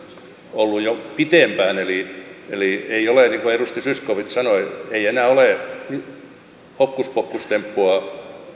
olleet jo pitempään eli eli ei ole niin kuin edustaja zyskowicz sanoi enää hokkuspokkustemppua